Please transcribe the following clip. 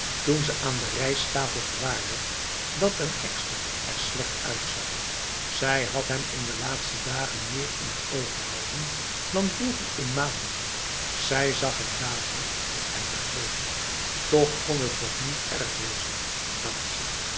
toen ze aan de rijsttafel gewaarwerd dat den ekster er slecht uitzag zij had hem in de laatste dagen meer in het oog gehouden dan vroeger in maanden zij zag het dadelijk en begreepl toch kon het nog niet erg wezen dacht ze